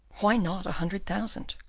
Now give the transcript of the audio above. why not a hundred thousand?